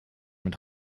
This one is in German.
mit